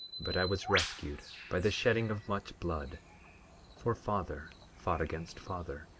but i was rescued by the shedding of much blood for father fought against father,